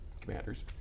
commanders